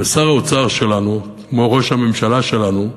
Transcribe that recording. ושר האוצר שלנו, כמו ראש הממשלה שלנו,